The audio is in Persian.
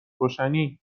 روشنی